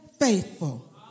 faithful